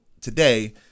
today